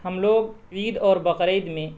ہم لوگ عید اور بقرہ عید میں